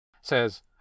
says